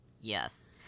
Yes